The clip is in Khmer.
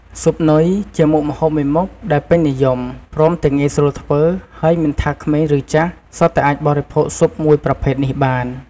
ស៊ុបនុយជាមុខម្ហូបមួយមុខដែលពេញនិយម ព្រមទាំងងាយស្រួលធ្វើ ហើយមិនថាក្មេងឬចាស់ សុទ្ធតែអាចបរិភោគស៊ុបមួយប្រភេទនេះបាន។